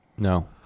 No